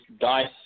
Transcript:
dice